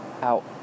out